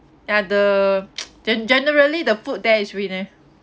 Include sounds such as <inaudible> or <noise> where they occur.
ya the <noise> gen~ generally the food there is really nice